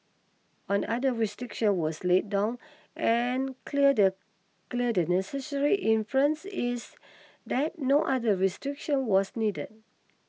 on other restriction was laid down and clear the clear and necessary inference is that no other restriction was needed